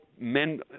men